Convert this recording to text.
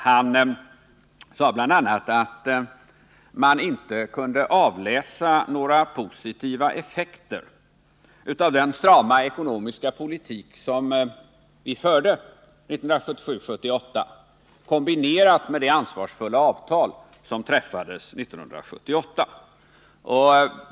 Han sade bl.a. att man inte kunde avläsa några positiva effekter av den strama ekonomiska politik som vi förde 1977/78 kombinerad med det ansvarsfulla avtal som träffades 1978.